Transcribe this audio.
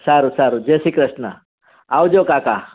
સારું સારું જેશ્રી ક્રશ્ન આવજો કાકા